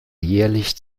jährlich